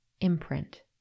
imprint